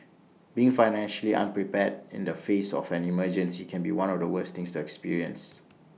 being financially unprepared in the face of an emergency can be one of the worst things to experience